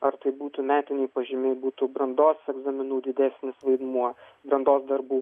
ar tai būtų metiniai pažymiai būtų brandos egzaminų didesnis vaidmuo brandos darbų